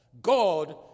God